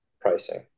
pricing